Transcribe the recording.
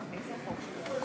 בבקשה.